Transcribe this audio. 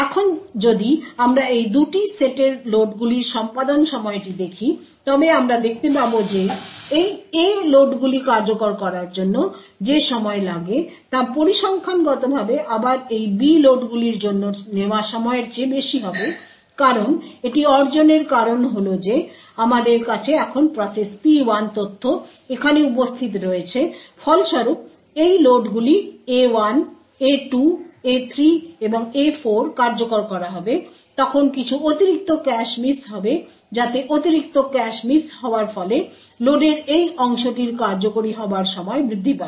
এখন যদি আমরা এই 2টি সেটের লোডগুলির সম্পাদন সময়টি দেখি তবে আমরা দেখতে পাব যে এই A লোডগুলি কার্যকর করার জন্য যে সময় লাগে তা পরিসংখ্যানগতভাবে আবার এই B লোডগুলির জন্য নেওয়া সময়ের চেয়ে বেশি হবে কারণ এটি অর্জনের কারণ হল যে আমাদের কাছে এখন প্রসেস P1 তথ্য এখানে উপস্থিত রয়েছে ফলস্বরূপ যখন এই লোডগুলি A1 A2 A3 এবং A4 কার্যকর করা হবে তখন কিছু অতিরিক্ত ক্যাশ মিস হবে যাতে অতিরিক্ত ক্যাশ মিস হওয়ার ফলে কোডের এই অংশটির কার্যকরি হবার সময় বৃদ্ধি পাবে